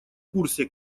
курсе